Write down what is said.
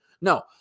No